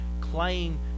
claim